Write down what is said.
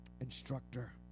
instructor